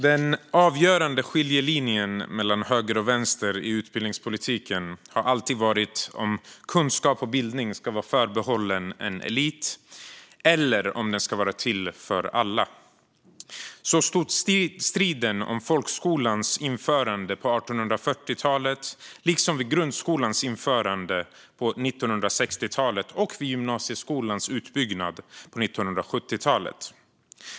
Den avgörande skiljelinjen mellan höger och vänster i utbildningspolitiken har alltid varit om kunskap och bildning ska vara förbehållet en elit eller om det ska vara till för alla. Så stod striden om folkskolans införande på 1840-talet liksom vid grundskolans införande på 1960-talet och vid gymnasieskolans utbyggnad på 1970-talet.